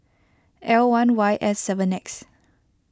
L one Y S seven X